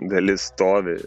dalis stovi